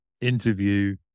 interview